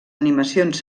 animacions